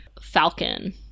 Falcon